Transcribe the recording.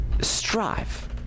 strive